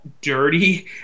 dirty